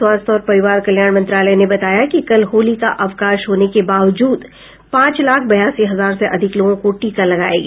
स्वास्थ्य और परिवार कल्याण मंत्रालय ने बताया है कि कल होली का अवकाश होने के बावजूद पांच लाख बयासी हजार से अधिक लोगों को टीका लगाया गया